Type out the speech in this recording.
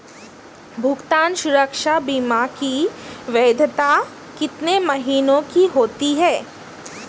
भुगतान सुरक्षा बीमा की वैधता कितने महीनों की होती है?